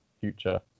future